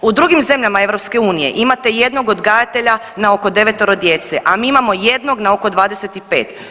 U drugim zemljama EU imate jednog odgajatelja na oko 9 djece, a mi imamo jednog na oko 25.